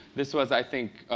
this was, i think,